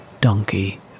Donkey